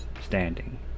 standing